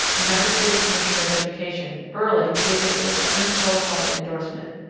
united states commissioner of education, early gave it his unqualified endorsement.